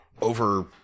over